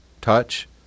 Touch